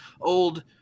old